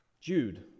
Jude